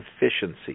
efficiency